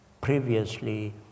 previously